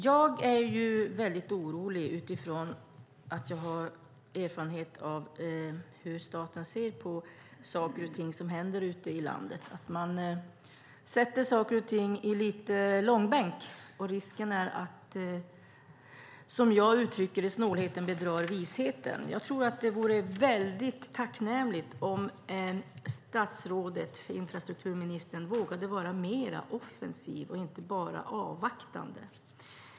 Fru talman! Jag är väldigt orolig utifrån att jag har erfarenhet av hur staten ser på saker och ting ute i landet. Man drar saker och ting i långbänk, och risken är, som jag uttrycker det, att snålheten bedrar visheten. Det vore tacknämligt om statsrådet, infrastrukturministern, vågade vara mer offensiv och inte bara var avvaktande.